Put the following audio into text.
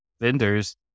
vendors